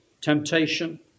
temptation